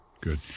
Good